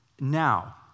Now